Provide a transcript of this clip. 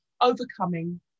overcoming